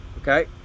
Okay